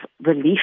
relief